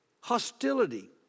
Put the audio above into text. hostility